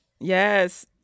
yes